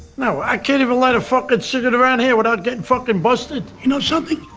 now i can't even light a fucking cigarette around here without getting fucking busted! you know something?